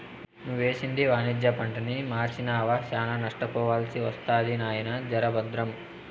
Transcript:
నువ్వేసింది వాణిజ్య పంటని మర్సినావా, శానా నష్టపోవాల్సి ఒస్తది నాయినా, జర బద్రం